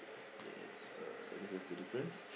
yes so I guess that's the difference